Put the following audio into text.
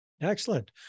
Excellent